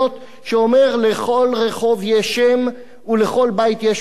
שאומר: לכל רחוב יש שם ולכל בית יש מספר.